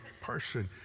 person